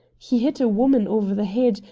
he hit a woman over the head,